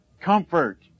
Comfort